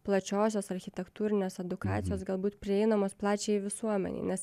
plačiosios architektūrinės edukacijos galbūt prieinamos plačiajai visuomenei nes